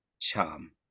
charm